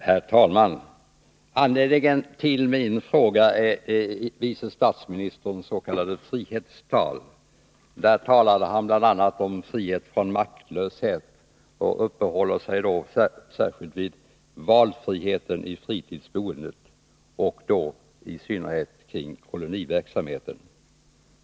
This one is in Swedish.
Herr talman! Anledningen till min fråga är vice statsministerns s.k. frihetstal. Där talade han bl.a. om frihet från maktlöshet och uppehöll sig särskilt vid valfriheten i fritidsboendet — i synnerhet kring koloniverksamheten.